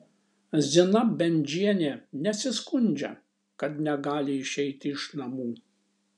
zina bendžienė nesiskundžia kad negali išeiti iš namų